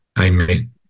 Amen